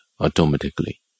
automatically